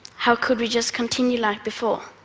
how could we just continue like before?